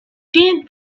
didn’t